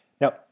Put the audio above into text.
Now